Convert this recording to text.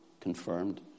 confirmed